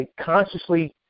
consciously